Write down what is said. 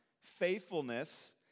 Faithfulness